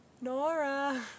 Nora